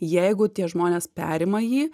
jeigu tie žmonės perima jį